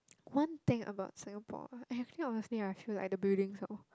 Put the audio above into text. one thing about Singapore I actually honestly right I feel like the buildings are